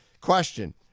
Question